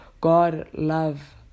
God-love